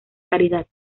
caridad